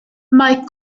mae